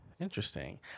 Interesting